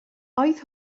oedd